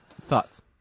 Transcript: Thoughts